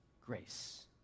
grace